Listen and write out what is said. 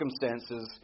circumstances